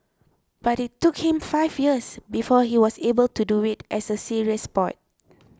but it took him five years before he was able to do it as a serious sport